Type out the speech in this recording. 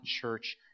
church